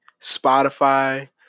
Spotify